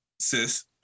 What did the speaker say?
sis